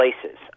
places